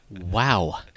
Wow